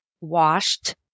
washed